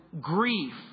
grief